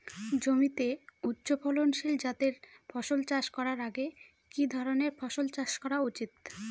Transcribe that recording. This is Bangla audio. জমিতে উচ্চফলনশীল জাতের ফসল চাষ করার আগে কি ধরণের ফসল চাষ করা উচিৎ?